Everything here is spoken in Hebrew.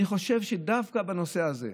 אני חושב שדווקא בנושא הזה,